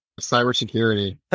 Cybersecurity